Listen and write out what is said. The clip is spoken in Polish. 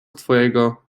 twojego